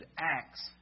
acts